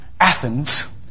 Athens